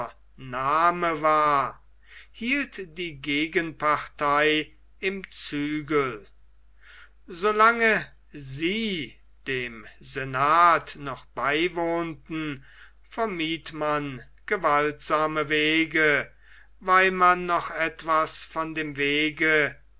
name war hielt die gegenpartei im zügel so lange sie dem senat noch beiwohnten vermied man gewaltsame wege weil man noch etwas von dem wege